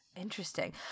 interesting